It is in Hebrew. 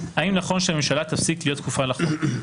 האם נכון שהממשלה תפסיק להיות כפופה לחוק.